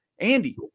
Andy